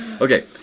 Okay